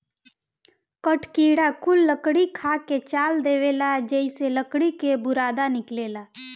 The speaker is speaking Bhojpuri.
कठ किड़ा कुल लकड़ी खा के चाल देवेला जेइसे लकड़ी के बुरादा निकलेला